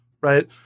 right